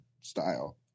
style